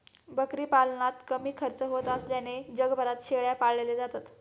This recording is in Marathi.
बकरी पालनात कमी खर्च होत असल्याने जगभरात शेळ्या पाळल्या जातात